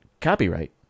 Copyright